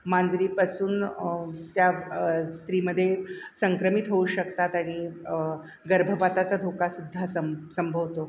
मांजरीपासून त्या स्त्रीमध्ये संक्रमित होऊ शकतात आणि गर्भपाताचा धोका सुद्धा संब संभवतो